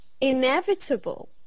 inevitable